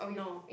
no